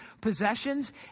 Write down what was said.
possessions